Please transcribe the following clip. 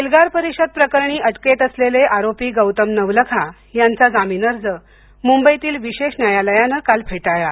एल्गार परिषद प्रकरणी अटकेत असलेले आरोपी गौतम नवलखा यांचा जामीन अर्ज मुंबईतील विशेष न्यायालयाने काल फेटाळला